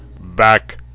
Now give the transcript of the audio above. Back